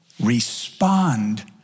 Respond